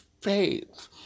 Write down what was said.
faith